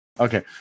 Okay